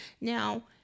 Now